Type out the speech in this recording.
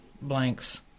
blank's